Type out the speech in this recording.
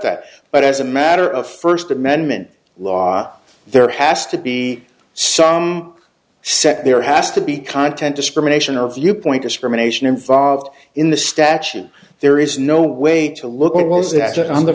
that but as a matter of first amendment law there has to be some set there has to be content discrimination or viewpoint discrimination involved in the statute and there is no way to look at those that are on the